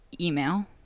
email